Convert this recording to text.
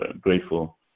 grateful